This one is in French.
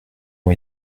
ont